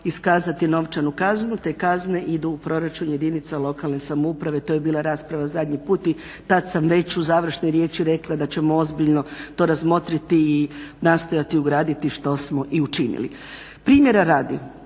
iskazati novčanu kaznu te kazne idu u proračun jedinica lokalne samouprave. To je bila rasprava zadnji put i tad sam već u završnoj riječi rekla da ćemo ozbiljno to razmotriti i nastojati ugraditi što smo i učinili. Primjera radi,